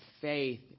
faith